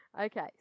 Okay